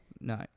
no